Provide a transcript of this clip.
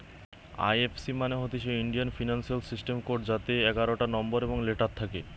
এই F C মানে হতিছে ইন্ডিয়ান ফিনান্সিয়াল সিস্টেম কোড যাতে এগারটা নম্বর এবং লেটার থাকে